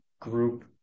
group